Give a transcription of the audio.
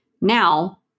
Now